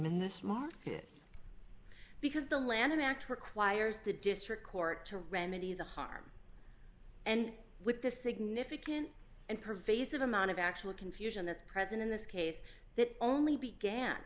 in this market because the lanham act requires the district court to remedy the harm and with the significant and pervasive amount of actual confusion that's present in this case that only began